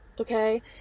okay